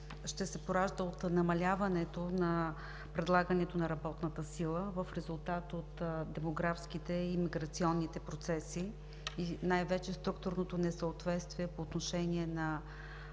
ще се пораждат от намаляването на предлагането на работната сила в резултат от демографските и миграционните процеси, и най-вече структурното несъответствие по отношение на